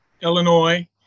Illinois